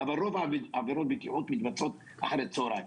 אבל רוב עבירות הבטיחות מתבצעות אחר הצוהריים.